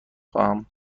خواهم